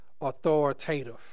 authoritative